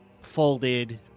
folded